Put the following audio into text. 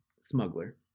smuggler